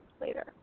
later